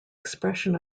expression